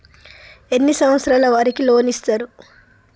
ఎన్ని సంవత్సరాల వారికి లోన్ ఇస్తరు?